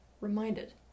reminded